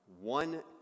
one